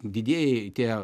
didieji tie